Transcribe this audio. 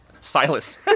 Silas